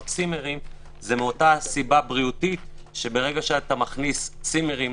צימרים זה מהסיבה הבריאותית שברגע שאתה מכניס צימרים,